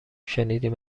شنیدیم